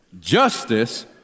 Justice